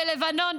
בלבנון,